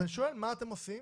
אז אני שואל מה אתם עושים